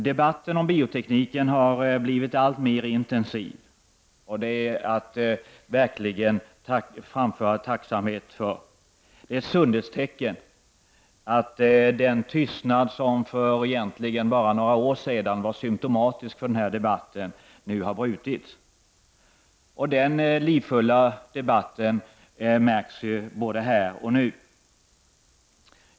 Debatten om biotekniken har blivit alltmer intensiv, och det är något att verkligen vara tacksam för. Det är ett sundhetstecken att den tystnad som för egentligen bara några år sedan var symptomatisk för den här debatten nu har brutits, och den livfulla debatten märks också i riksdagen.